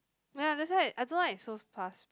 ya that's why I don't like it so fast